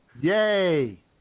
Yay